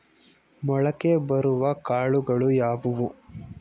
ಮೊಳಕೆ ಬರುವ ಕಾಳುಗಳು ಯಾವುವು?